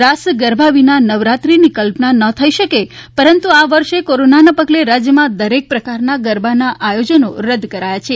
રાસ ગરબા વગર નવરાત્રિની કલ્પના ન થઈ શકે પરંતુ આ વર્ષે કોરોનાના પગલે રાજ્યમાં દરેક પ્રકારના ગરબાના આયોજનો રદ કરાયા છે